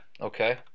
Okay